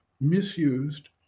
misused